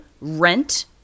Rent